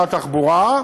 צועקת,